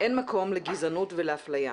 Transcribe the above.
אין מקום לגזענות ואפליה.